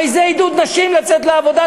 הרי זה עידוד נשים לצאת לעבודה,